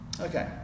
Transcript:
Okay